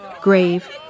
grave